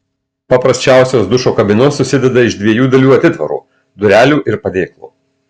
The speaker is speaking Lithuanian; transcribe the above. paprasčiausios dušo kabinos susideda iš dviejų dalių atitvaro durelių ir padėklo